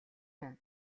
хүн